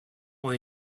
ont